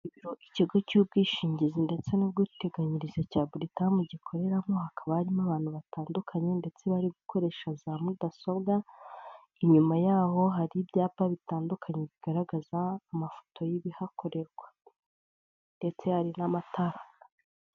Ibiro by'ikigo cy'ubwishingizi ndetse n'ubwiteganyirize cya buritamu, gikoreramo hakaba harimo abantu batandukanye, ndetse bari gukoresha za mudasobwa, inyuma yaho hari ibyapa bitandukanye bigaragaza amafoto y'ibihakorerwa ndetse hari n'amatara.